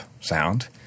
sound